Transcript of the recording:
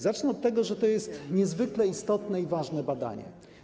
Zacznę od tego, że to jest niezwykle istotne i ważne badanie.